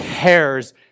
cares